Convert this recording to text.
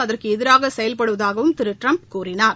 அதற்கு எதிராக செயல்படுதாகவும் திரு ட்டிரம்ப் கூறினார்